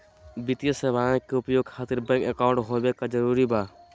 वित्तीय सेवाएं के उपयोग खातिर बैंक अकाउंट होबे का जरूरी बा?